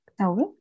Okay